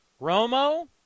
Romo